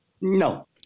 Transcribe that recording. No